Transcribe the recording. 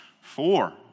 four